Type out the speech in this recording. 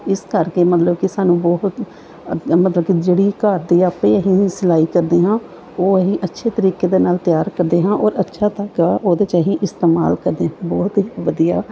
ਇਸ ਕਰਕੇ ਮਤਲਬ ਕਿ ਸਾਨੂੰ ਬਹੁਤ ਮਤਲਬ ਜਿਹੜੀ ਘਰ ਦੀ ਆਪੇ ਹੀ ਸਿਲਾਈ ਕਰਦੇ ਹਾਂ ਉਹ ਅਸੀਂ ਅੱਛੇ ਤਰੀਕੇ ਦੇ ਨਾਲ ਤਿਆਰ ਕਰਦੇ ਹਾਂ ਔਰ ਅੱਛਾ ਧਾਗਾ ਉਹਦੇ 'ਚ ਅਸੀਂ ਇਸਤੇਮਾਲ ਕਰਦੇ ਬਹੁਤ ਵਧੀਆ